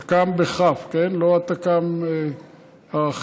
תכ"מ בכ"ף, לא התק"מ האחר.